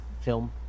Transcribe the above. film